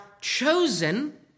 chosen